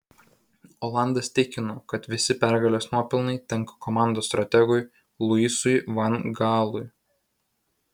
olandas tikino kad visi pergalės nuopelnai tenka komandos strategui luisui van gaalui